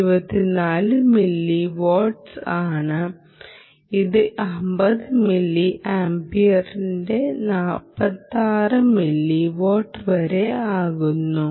24 milliwatts ആണ് ഇത് 50 മില്ലിയാംപിയറിന് 46 മില്ലിവാട്ട് വരെ ആകുന്നു